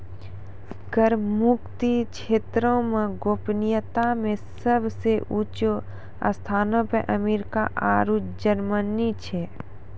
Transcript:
कर मुक्त क्षेत्रो मे गोपनीयता मे सभ से ऊंचो स्थानो पे अमेरिका आरु जर्मनी छै